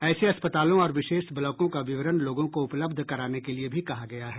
ऐसे अस्पतालों और विशेष ब्लॉकों का विवरण लोगों को उपलब्ध कराने के लिए भी कहा गया है